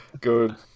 Good